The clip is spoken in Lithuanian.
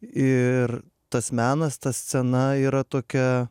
ir tas menas ta scena yra tokia